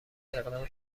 اقدام